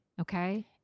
Okay